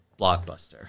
blockbuster